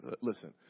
listen